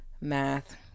math